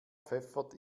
pfeffert